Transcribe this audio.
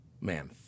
man